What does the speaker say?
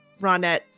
Ronette